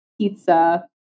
pizza